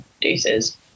deuces